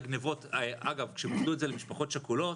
אגב, כשביטלו את זה למשפחות שכולות,